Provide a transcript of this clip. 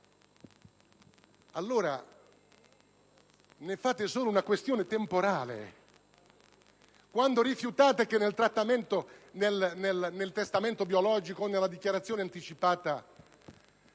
allora ne fate solo una questione temporale, quando rifiutate che nel testamento biologico e nella dichiarazione anticipata